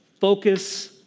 focus